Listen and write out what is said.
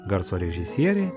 garso režisierė